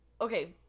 Okay